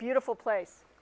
beautiful place